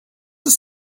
ist